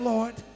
Lord